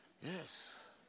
Yes